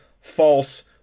false